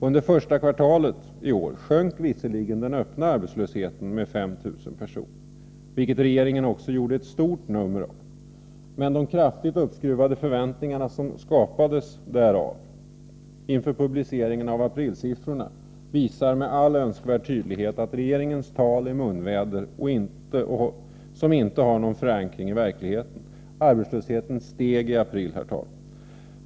Under första kvartalet i år sjönk visserligen den öppna arbetslösheten med 5 000 personer — vilket regeringen också gjorde ett stort nummer av — men de av den anledningen kraftigt uppskruvade förväntningarna inför publiceringen av aprilsiffrorna visar med all önskvärd tydlighet att regeringens tal är munväder, som inte har någon förankring i verkligheten: arbetslösheten ökade i april, herr talman.